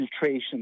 filtration